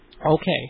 Okay